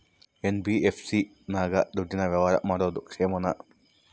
NBFC ನಾಗ ದುಡ್ಡಿನ ವ್ಯವಹಾರ ಮಾಡೋದು ಕ್ಷೇಮಾನ?